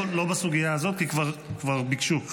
אבל לא בסוגיה הזאת, כי כבר ביקשו לפניך.